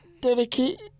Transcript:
dedicate